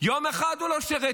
יום אחד הוא לא שירת.